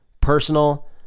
personal